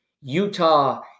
Utah